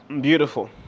Beautiful